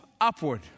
upward